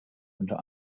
unter